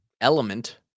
element